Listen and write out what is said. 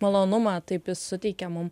malonumą taip jis suteikia mum